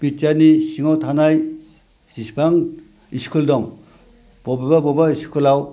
बिटिआरनि सिङाव थानाय जिसिबां स्कुल दं बबेबा बबेबा स्कुलाव